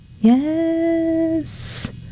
Yes